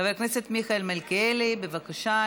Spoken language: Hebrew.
חבר הכנסת מיכאל מלכיאלי, בבקשה.